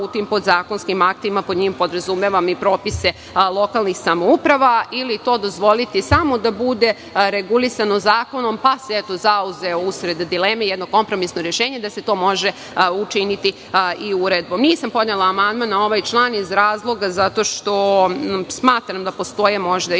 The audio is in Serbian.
tim podzakonskim aktima podrazumevam i propise lokalnih samouprava, ili to dozvoliti samo da bude regulisano zakonom, pa se zauzelo, usled dileme, jedno kompromisno rešenje da se to može učini i uredbom. Nisam podnela amandman na ovaj član zato što smatram da postoje, možda,